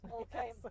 Okay